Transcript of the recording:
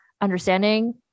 understanding